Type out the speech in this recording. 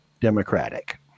Democratic